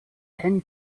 ten